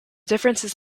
differences